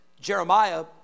Jeremiah